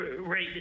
Right